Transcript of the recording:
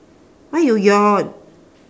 why you yawn